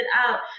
out